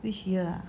which year ah